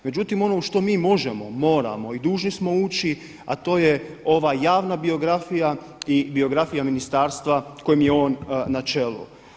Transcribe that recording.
Međutim ono u što mi možemo, moramo i dužni smo ući, a to je ova javna biografija i biografija Ministarstva kojem je on na čelu.